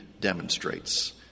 demonstrates